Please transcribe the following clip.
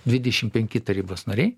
dvidešim penki tarybos nariai